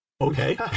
Okay